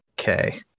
okay